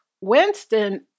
Winston